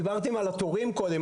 דיברתם על התורים קודם,